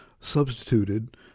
substituted